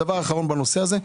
דבר אחרון בנושא הזה,